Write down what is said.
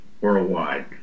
worldwide